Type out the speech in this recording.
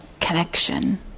connection